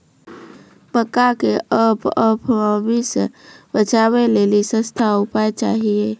मक्का के fall of army से बचाबै लेली सस्ता उपाय चाहिए?